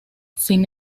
sin